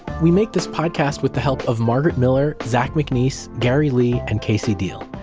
we make this podcast with the help of margaret miller, zach mcneese, gary lee, and casey deal.